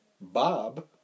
Bob